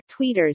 tweeters